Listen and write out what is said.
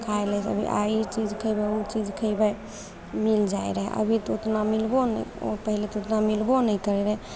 खाय लै आइ ई चीज खैबय उ चीज खैबय मिल जाइ रहय अभी तऽ उतना मिलबो नहि पहिले तऽ उतना मिलबो नहि करय रहय